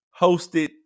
hosted